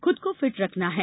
खुद को फिट रखना है